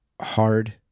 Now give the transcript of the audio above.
hard